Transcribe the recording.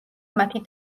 მათი